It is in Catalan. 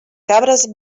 cabres